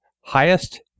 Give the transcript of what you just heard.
highest